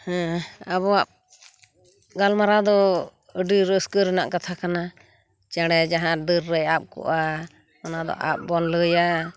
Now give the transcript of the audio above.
ᱦᱮᱸ ᱟᱵᱚᱣᱟᱜ ᱜᱟᱞᱢᱟᱨᱟᱣ ᱫᱚ ᱟᱹᱰᱤ ᱨᱟᱹᱥᱠᱟᱹ ᱨᱮᱱᱟᱜ ᱠᱟᱛᱷᱟ ᱠᱟᱱᱟ ᱪᱮᱬᱮ ᱡᱟᱦᱟᱸ ᱰᱟᱹᱨ ᱨᱮ ᱟᱵ ᱠᱚᱜᱼᱟ ᱚᱱᱟ ᱫᱚ ᱟᱵ ᱵᱚᱱ ᱞᱟᱹᱭᱟ